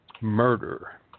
murder